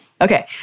Okay